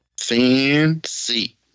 Fancy